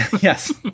Yes